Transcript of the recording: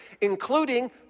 including